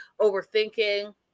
Overthinking